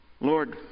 Lord